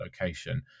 location